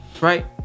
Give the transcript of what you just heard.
right